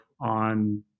on